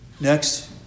Next